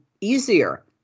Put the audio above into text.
easier